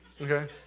Okay